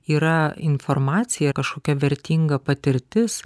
yra informacija kažkokia vertinga patirtis